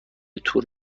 تور